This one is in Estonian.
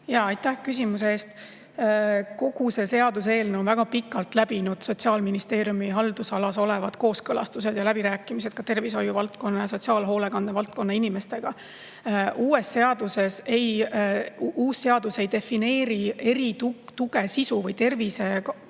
Aitäh küsimuse eest! Kogu see seaduseelnõu on väga pikalt läbinud Sotsiaalministeeriumi haldusalas olevad kooskõlastused ja läbirääkimised ka tervishoiu valdkonna ja sotsiaalhoolekande valdkonna inimestega. Uus seadus ei defineeri erituge, selle sisu või tervisega